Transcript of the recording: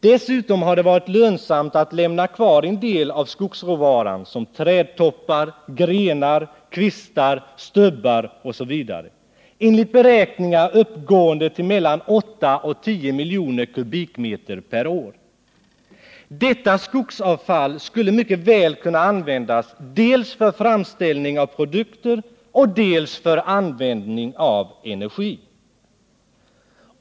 Dessutom har det varit lönsamt att lämna kvar en del av skogsråvaran såsom trätoppar, grenar, kvistar och stubbar, enligt beräkningar uppgående till mellan 8 och 10 miljoner m? per år. Detta skogsavfall skulle mycket väl kunna användas dels för framställning av produkter, dels för användning till energi.